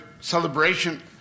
celebration